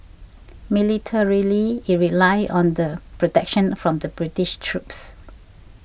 militarily it relied on the protection from the British troops